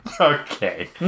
Okay